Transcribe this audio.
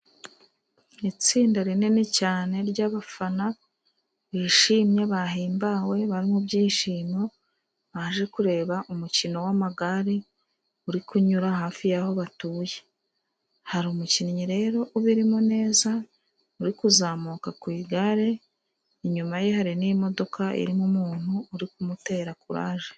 Itsinda rinini cyane ry'abafana, bishimye, bahimbawe, bari mu byishimo, baje kureba umukino w'amagare uri kunyura hafi y'aho batuye, hari umukinnyi rero ubirimo neza, uri kuzamuka ku igare, inyuma ye hari n'imodoka, irimo umuntu uri kumutera kuraje.